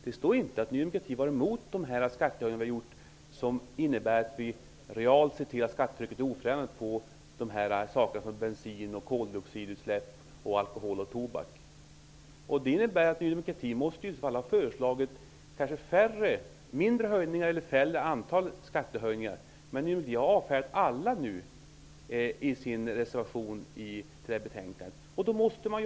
Det står inte att Ny demokrati var emot de skattehöjningar som vi har gjort och som innebär att skattetrycket realt sett är oförändrat på bensin, koldioxidutsläpp, alkohol och tobak. Det innebär att Ny demokrati i så fall måste ha föreslagit mindre höjningar eller antal skattehöjningar. Men nu har Ny demokrati i sin reservation till det här betänkandet avfärdat alla skattehöjningar.